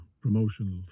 promotional